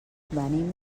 venim